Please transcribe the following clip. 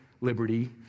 liberty